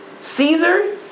Caesar